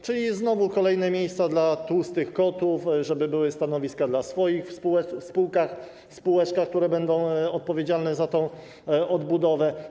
Czyli znowu kolejne miejsca dla tłustych kotów, żeby były stanowiska dla swoich w spółkach, spółeczkach, które będą odpowiedzialne za tę odbudowę.